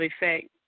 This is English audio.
effect